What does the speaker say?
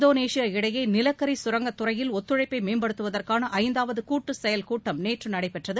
Indonesia இடையே நிலக்கரி சுரங்கத்துறையில் இந்தியா ஒத்துழைப்பை மேம்படுத்துவதற்கான ஐந்தாவது கூட்டு செயல் கூட்டம் நேற்று நடைபெற்றது